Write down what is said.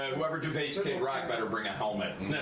whoever debates kidd rock better bring a helmet,